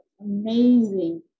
amazing